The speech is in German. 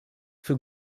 für